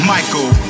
Michael